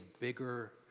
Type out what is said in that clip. bigger